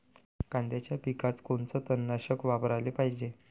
कांद्याच्या पिकात कोनचं तननाशक वापराले पायजे?